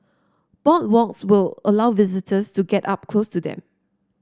boardwalks will allow visitors to get up close to them